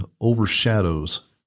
overshadows